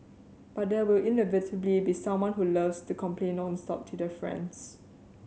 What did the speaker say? but there will inevitably be someone who loves to complain nonstop to their friends